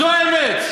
זו האמת.